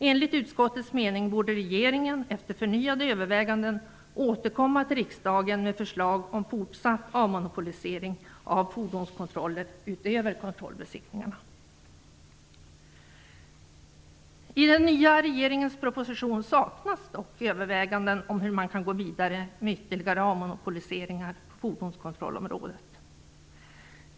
Enligt utskottets mening borde regeringen, efter förnyade överväganden, återkomma till riksdagen med förslag om en fortsatt avmonopolisering av fordonskontroller utöver kontrollbesiktningarna. I den nya regeringens proposition saknas dock överväganden om hur man kan gå vidare med ytterligare avmonopoliseringar på fordonskontrollområdet.